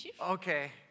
Okay